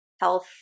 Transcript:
health